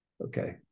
okay